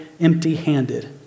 empty-handed